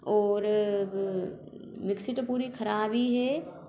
और मिक्सी तो पूरी खराब ही है